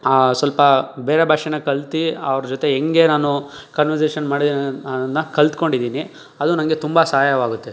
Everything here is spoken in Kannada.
ಹಾಂ ಸ್ವಲ್ಪ ಬೇರೆ ಭಾಷೇನ ಕಲ್ತು ಅವ್ರ ಜೊತೆ ಹೆಂಗೆ ನಾನು ಕನ್ವರ್ಸೇಷನ್ ಮಾಡಿದ್ದೇನೆ ಅನ್ನೋದನ್ನ ಕಲ್ತ್ಕೊಂಡಿದ್ದೀನಿ ಅದು ನನಗೆ ತುಂಬ ಸಹಾಯವಾಗುತ್ತೆ